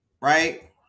right